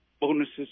bonuses